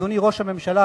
אדוני ראש הממשלה,